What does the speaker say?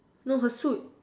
no her suit